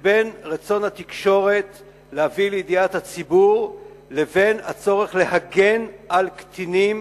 שבין רצון התקשורת להביא לידיעת הציבור ובין הצורך להגן על קטינים,